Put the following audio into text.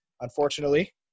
Unfortunately